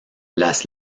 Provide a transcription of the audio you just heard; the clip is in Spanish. las